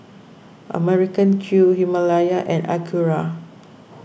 American Crew Himalaya and Acura